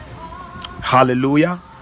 hallelujah